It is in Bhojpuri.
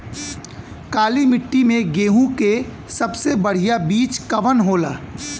काली मिट्टी में गेहूँक सबसे बढ़िया बीज कवन होला?